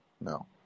No